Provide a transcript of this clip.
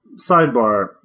Sidebar